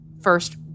first